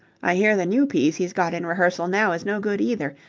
i hear the new piece he's got in rehearsal now is no good either.